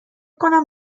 کنم